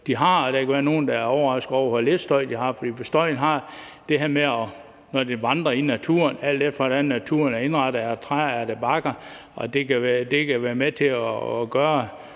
de har, og der kan være nogle, der er overraskede over, hvor lidt støj de har. For støjen har det her med at vandre i naturen, alt efter hvordan naturen er indrettet. Hvis der er træer eller bakker, kan det være med til at gøre,